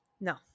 No